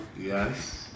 Yes